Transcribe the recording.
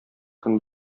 көн